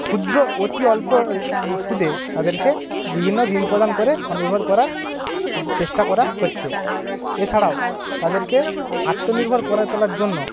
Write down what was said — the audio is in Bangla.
ক্ষুদ্র অতি অল্প সুদে তাদেরকে বিভিন্ন ঋণ প্রদান করে স্বনির্ভর করার চেষ্টা করা হচ্ছে এছাড়াও তাদেরকে আত্মনির্ভর করে তোলার জন্য